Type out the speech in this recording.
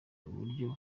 uburyo